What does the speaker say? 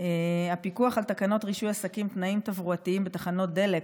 הפיקוח על תקנות רישוי עסקים (תנאים תברואתיים בתחנות דלק),